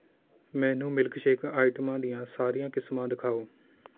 ਮੈਨੂੰ ਮਿਲਕਸ਼ੇਕ ਆਈਟਮਾਂ ਦੀਆਂ ਸਾਰੀਆਂ ਕਿਸਮਾਂ ਦਿਖਾਓ